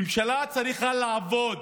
ממשלה צריכה לעבוד